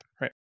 right